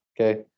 okay